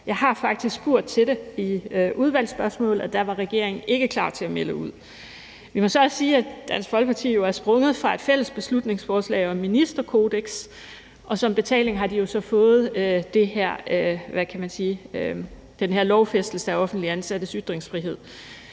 jeg har faktisk spurgt til det som udvalgsspørgsmål, og der var regeringen ikke klar til at melde noget ud. Vi må så også sige, at Dansk Folkeparti jo er sprunget fra et fælles beslutningsforslag om et ministerkodeks, og som betaling har de så fået den her lovfæstelse af offentligt ansattes ytringsfrihed,